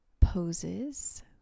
poses